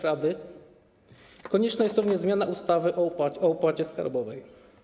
Rady konieczna jest również zmiana ustawy o opłacie skarbowej.